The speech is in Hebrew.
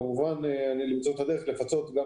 כמובן שצריך למצוא את הדרך לפצות את